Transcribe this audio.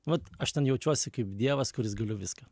vat aš ten jaučiuosi kaip dievas kuris galiu viską